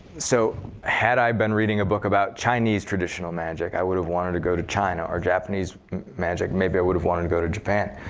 so had i been reading a book about chinese traditional magic, i would have wanted to go to china, or japanese magic, maybe i would have wanted to go to japan.